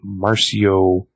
Marcio